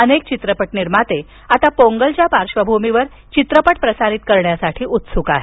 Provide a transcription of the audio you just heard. अनेक चित्रपट निर्माते पोंगलच्या पार्श्वभूमीवर चित्रपट प्रसारित करण्यासाठी उत्सुक आहेत